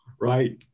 Right